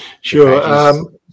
Sure